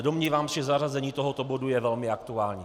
Domnívám se, že zařazení tohoto bodu je velmi aktuální.